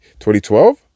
2012